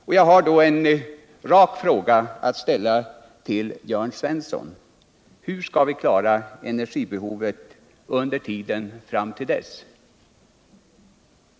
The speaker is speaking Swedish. Mot den bakgrunden vill jag ställa en rak fråga till Jörn Svensson: Hur skall vi iSverige klara energibehovet under tiden fram till dess?